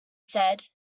said